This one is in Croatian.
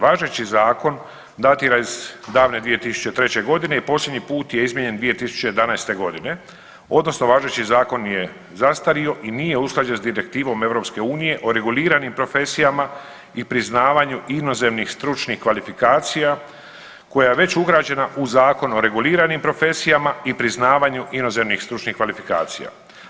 Važeći zakon datira iz davne 2003. g. i posljednji put je izmijenjen 2011. g. odnosno važeći zakon je zastario i nije usklađen s Direktivom EU o reguliranim profesijama i priznavanju inozemnih stručnih kvalifikacija koja je već ugrađena u Zakon o reguliranim profesijama i priznavanju inozemnih stručnih kvalifikacija.